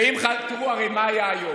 ואם חתמו, הרי מה היה היום?